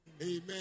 Amen